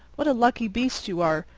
what a lucky beast you are!